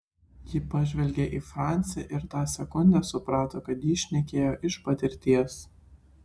ji pažvelgė į francį ir tą sekundę suprato kad jis šnekėjo iš patirties